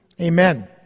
Amen